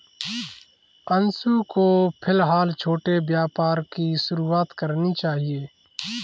अंशु को फिलहाल छोटे व्यापार की शुरुआत करनी चाहिए